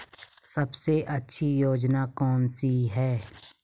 सबसे अच्छी योजना कोनसी है?